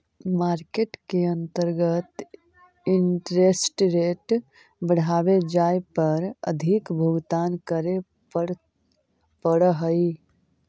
market के अंतर्गत interest rate बढ़वे जाए पर अधिक भुगतान करे पड़ऽ हई